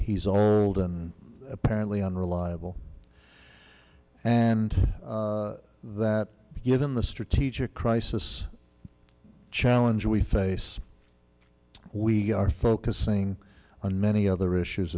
he's old and apparently unreliable and that given the strategic crisis challenge we face we are focusing on many other issues